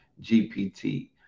GPT